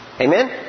Amen